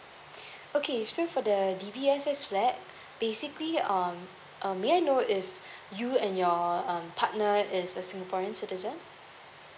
okay so for the D_B_S_S flats basically um um may I know if you and your um partner is a singaporean citizen